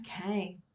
Okay